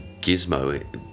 gizmo